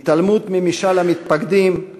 ההתעלמות ממשאל המתפקדים היא